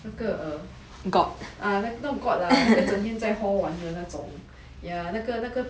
那个 err ah not god lah 那个整天在 hall 玩的那种 ya 那个那个